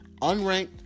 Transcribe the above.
unranked